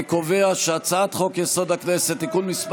אני קובע שהצעת חוק-יסוד: הכנסת (תיקון מס'